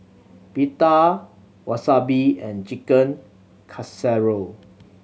Pita Wasabi and Chicken Casserole